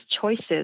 choices